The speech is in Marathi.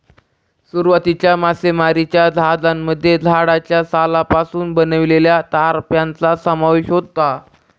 सुरुवातीच्या मासेमारीच्या जहाजांमध्ये झाडाच्या सालापासून बनवलेल्या तराफ्यांचा समावेश होता